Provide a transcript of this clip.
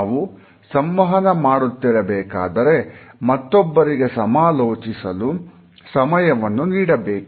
ನಾವು ಸಂವಹನ ಮಾಡುತ್ತಿರಬೇಕಾದರೆ ಮತ್ತೊಬ್ಬರಿಗೆ ಸಮಾಲೋಚಿಸಲು ಸಮಯವನ್ನು ನೀಡಬೇಕು